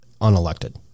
unelected